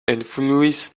influis